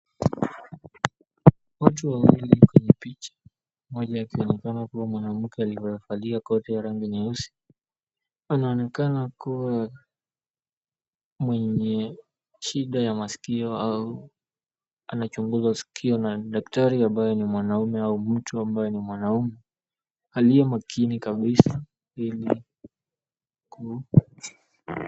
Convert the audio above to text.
Watu wawili kwenye picha mmoja akionekana kua mwanamke aliyevalia koti ya rangi nyeusi anaonekana kua mwenye shida ya masikio au anachunguzwa sikio na daktari ambae ni mwanaume au mtu ambaye ni mwanaume aliye makini kabisa ili ku...